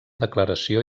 declaració